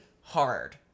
hard